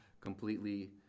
completely